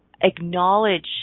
acknowledge